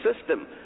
system